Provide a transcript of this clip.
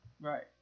right